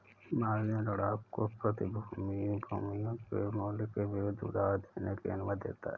margin ऋण आपको प्रतिभूतियों के मूल्य के विरुद्ध उधार लेने की अनुमति देता है